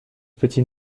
petit